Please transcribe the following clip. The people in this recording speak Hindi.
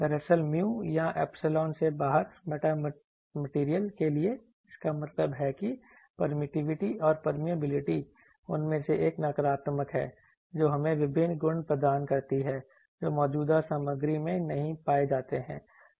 दरअसल mu या एप्सिलॉन से बाहर मेटामेटीरियलज के लिए इसका मतलब है कि परमिट्टीविटी और परमीबिलिटी उनमें से एक नकारात्मक है जो हमें विभिन्न गुण प्रदान करती है जो मौजूदा सामग्री में नहीं पाए जाते हैं